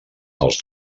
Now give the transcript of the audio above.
els